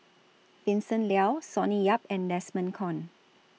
Vincent Leow Sonny Yap and Desmond Kon